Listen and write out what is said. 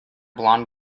blond